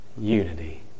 unity